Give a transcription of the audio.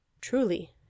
Truly